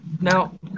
Now